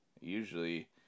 Usually